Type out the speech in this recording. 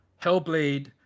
Hellblade